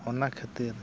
ᱚᱱᱟ ᱠᱷᱟᱹᱛᱤᱨ